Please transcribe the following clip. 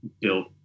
built